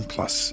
Plus